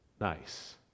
nice